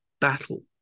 battle